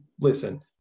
listen